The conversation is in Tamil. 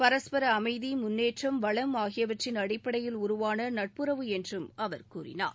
பரஸ்பர அமைதி முன்னேற்றம் வளம் ஆகியவற்றின் அடிப்படையில் உருவான நட்புறவு என்றும் அவர் கூறினார்